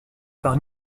par